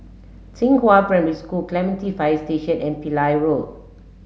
Xinghua Primary School Clementi Fire Station and Pillai Road